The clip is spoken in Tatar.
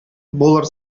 булыр